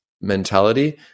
mentality